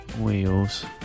wheels